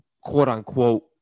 quote-unquote